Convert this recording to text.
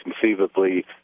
conceivably